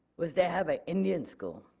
was to have an indian school.